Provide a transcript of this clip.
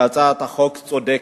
היא הצעת חוק צודקת.